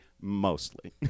mostly